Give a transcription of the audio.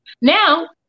Now